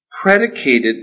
predicated